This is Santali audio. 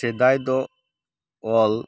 ᱥᱮᱫᱟᱭ ᱫᱚ ᱚᱞ